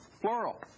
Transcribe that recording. plural